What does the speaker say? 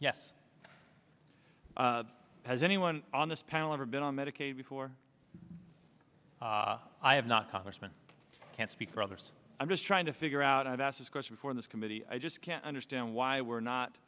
yes has anyone on this panel ever been on medicaid before i have not congressman i can't speak for others i'm just trying to figure out i've asked this question before this committee i just can't understand why we're not